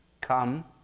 Come